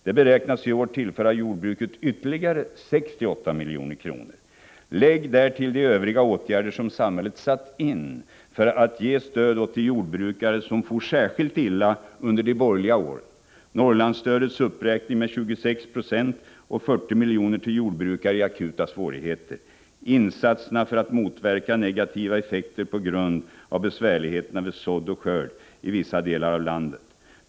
Det beräknas i år tillföra jordbruket ytterligare 68 milj.kr. Lägg därtill de övriga åtgärder som samhället satt in för att ge stöd åt de jordbrukare som for särskilt illa under de borgerliga åren, Norrlandsstödets uppräkning med 26 96 och 40 milj.kr. till jordbrukare i akuta svårigheter, insatserna för att motverka negativa effekter på grund av besvärligheterna vid sådd och skörd i vissa delar av landet.